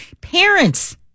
Parents